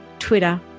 Twitter